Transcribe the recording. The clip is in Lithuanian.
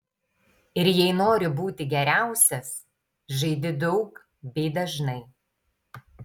ir jei nori būti geriausias žaidi daug bei dažnai